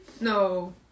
No